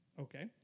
Okay